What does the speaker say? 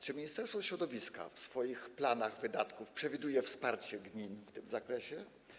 Czy Ministerstwo Środowiska w swoich planach wydatków przewiduje wsparcie gmin w tym zakresie?